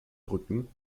brücken